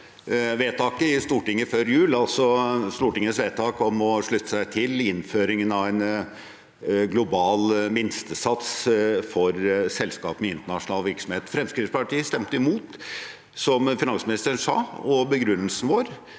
Stortingets vedtak om å slutte seg til innføringen av en global minstesats for selskaper med internasjonal virksomhet. Fremskrittspartiet stemte imot, som finansministeren sa, og begrunnelsen vår